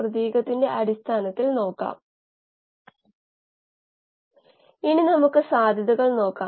പ്രവർത്തന സമാനതയ്ക്കായി സ്ഥിരമായ KLa നിലനിർത്താൻ നമ്മൾ നോക്കുന്നു